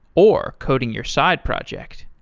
or coding your side project.